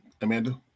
Amanda